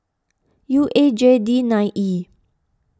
U A J D nine E